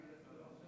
נגיד לך לא עכשיו?